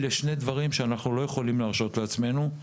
אלה שני דברים שאנחנו לא יכולים להרשות לעצמנו,